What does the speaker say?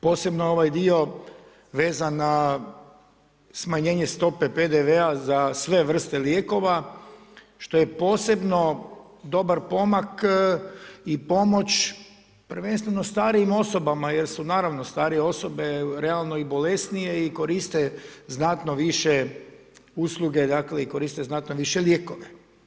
Posebno ovaj dio vezan na smanjenje stope PDV-a za sve vrste lijekova, što je posebno dobar pomak i pomoć prvenstveno starijim osobama, jer su naravno, starije osobe realno i bolesnije i koriste znatno više usluge i koriste znatno više lijekove.